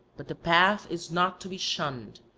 but the path is not to be shunned,